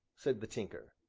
said the tinker.